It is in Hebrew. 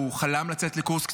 שהוא חלם לצאת לקורס קצינים,